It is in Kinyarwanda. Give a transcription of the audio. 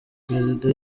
perezida